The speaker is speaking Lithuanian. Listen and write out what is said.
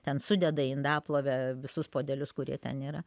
ten sudeda į indaplovę visus puodelius kurie ten yra